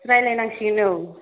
रायज्लाय नांसिगोन औ